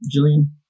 Jillian